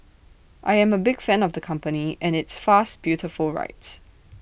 I am A big fan of the company and its fast beautiful rides